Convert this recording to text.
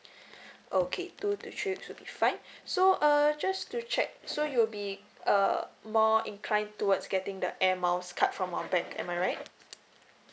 okay two to three weeks would be fine so err just to check so you'll be uh more inclined towards getting the air miles card from our bank am I right